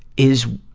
is,